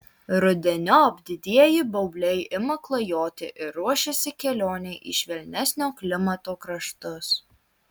rudeniop didieji baubliai ima klajoti ir ruošiasi kelionei į švelnesnio klimato kraštus